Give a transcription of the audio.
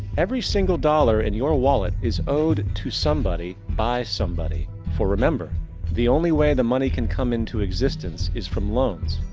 every single dollar in your wallet is owed to somebody by somebody. for remember the only way the money can come in to existence is from loans.